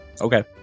Okay